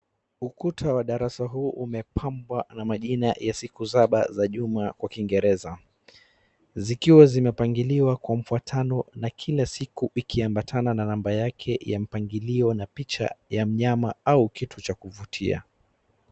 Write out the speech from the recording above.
Ukuta wa darasa huu umepambwa na majina ya siku saba za juma kwa kiingereza. Zikiwa zimepangiliwa kwa mfuatano na kila siku ikiambatana na namba yake ya mpangilio na picha ya mnyama au kitu cha kuvutia.